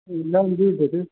नाम जुड़ि जयतै